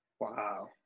wow